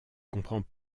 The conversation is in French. comprends